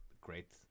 great